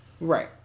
Right